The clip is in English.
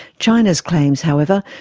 china's claims, however,